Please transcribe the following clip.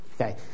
Okay